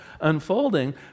unfolding